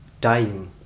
dying